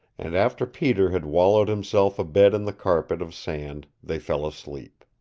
and after peter had wallowed himself a bed in the carpet of sand they fell asleep.